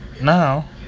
Now